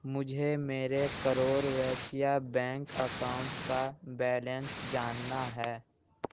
مجھے میرے Karur Vysya bank account کا بیلنس جاننا ہے